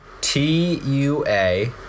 T-U-A